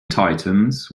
titans